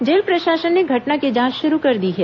jail प्रशासन ने घटना की जांच शुरू कर दी है